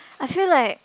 I feel like